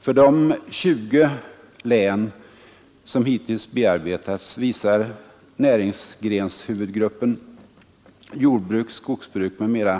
För de 20 län som hittills bearbetats visar näringsgrenshuvudgruppen jordbruk, skogsbruk m.m.